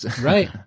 Right